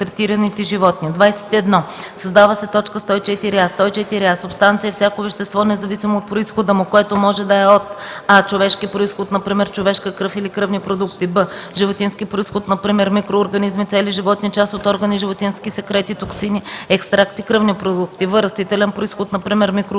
21. Създава се т. 104а: „104а. „Субстанция” е всяко вещество, независимо от произхода му, което може да е от: а) човешки произход, например човешка кръв или кръвни продукти; б) животински произход, например микроорганизми, цели животни, част от органи, животински секрети, токсини, екстракти, кръвни продукти; в) растителен произход, например микроорганизми,